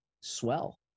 swell